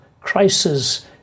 crisis